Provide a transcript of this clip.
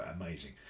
amazing